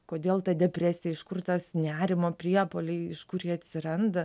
kodėl ta depresija iš kur tas nerimo priepuoliai iš kur jie atsiranda